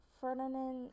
Ferdinand